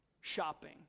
shopping